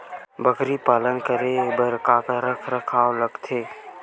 बकरी पालन करे बर काका रख रखाव लगथे?